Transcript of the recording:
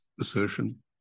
assertion